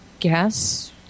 Guess